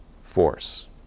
force